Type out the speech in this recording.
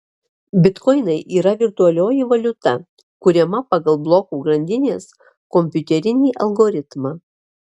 bitkoinai yra virtualioji valiuta kuriama pagal blokų grandinės kompiuterinį algoritmą